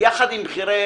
יחד עם בכירי